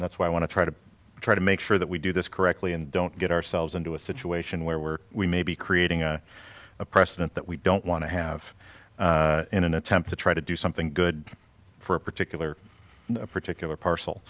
that's why i want to try to try to make sure that we do this correctly and don't get ourselves into a situation where we're we may be creating a precedent that we don't want to have in an attempt to try to do something good for a particular particular parcel